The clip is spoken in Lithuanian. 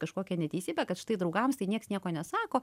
kažkokią neteisybę kad štai draugams tai nieks nieko nesako